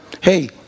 hey